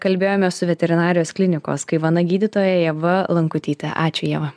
kalbėjome su veterinarijos klinikos kaivana gydytoja ieva lankutyte ačiū ieva